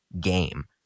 game